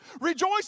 Rejoice